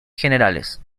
generales